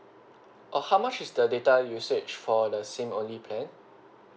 uh how much is the data usage for the SIM only plan